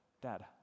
Dad